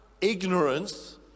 ignorance